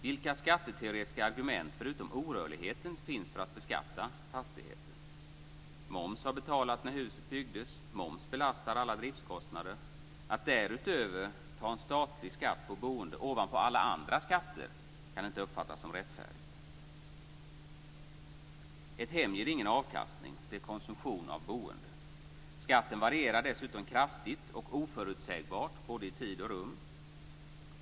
Vilka skatteteoretiska argument förutom orörligheten finns för att beskatta fastigheter? Moms har betalats när huset byggdes. Moms belastar alla driftskostnader. Att därutöver ta ut statlig skatt på boende ovanpå alla andra skatter kan inte uppfattas som rättfärdigt. Ett hem ger ingen avkastning. Det är en konsumtion av boende. Skatten varierar dessutom kraftigt och oförutsägbart i både tid och rum.